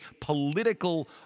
political